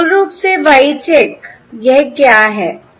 तो मूल रूप से Y चेक यह क्या है